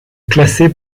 classé